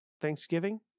Thanksgiving